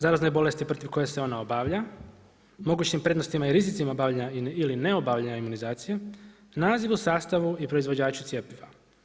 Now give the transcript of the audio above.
Zarazne bolesti protiv koje se ona obavlja, mogućim prednostima ili rizicima obavljanja ili ne obavljanja imunizacija, nazivu, sastavu i proizvođaču cjepiva.